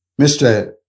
Mr